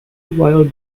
while